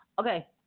Okay